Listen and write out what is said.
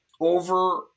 over